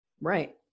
Right